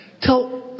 tell